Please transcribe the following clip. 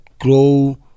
grow